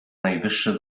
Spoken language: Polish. najwyższe